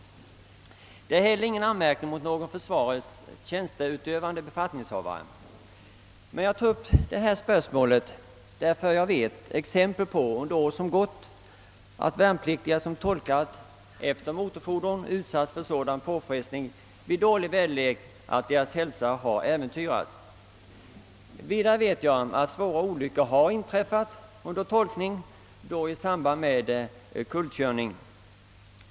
Det föreligger inte heller någon anmärkning mot någon av försvarets tjänsteutövande befattningshavare. Anledningen till att jag tagit upp detta spörsmål är att det under tidigare år har förekommit exempel på att värnpliktiga, som tolkat efter motorfordon, utsalts för sådan påfrestning vid dålig väderlek att deras hälsa har äventyrats. Vidare känner jag till att svåra olyckor har inträffat i samband med kullkörning under tolkning.